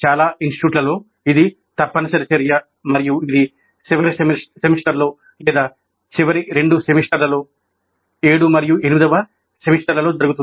చాలా ఇన్స్టిట్యూట్లలో ఇది తప్పనిసరి చర్య మరియు ఇది చివరి సెమిస్టర్లో లేదా చివరి రెండు సెమిస్టర్లలో 7 మరియు 8 వ సెమిస్టర్లలో జరుగుతుంది